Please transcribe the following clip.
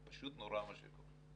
זה פשוט נורא מה שקורה.